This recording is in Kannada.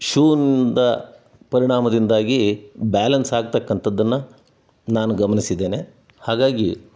ಶೂನಿಂದ ಪರಿಣಾಮದಿಂದಾಗಿ ಬ್ಯಾಲೆನ್ಸ್ ಆಗತಕ್ಕಂಥದ್ದನ್ನ ನಾನು ಗಮನಿಸಿದ್ದೇನೆ ಹಾಗಾಗಿ